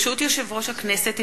ברשות יושב-ראש הכנסת,